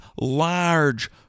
large